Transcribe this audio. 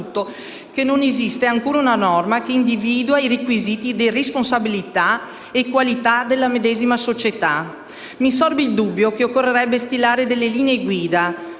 Grazie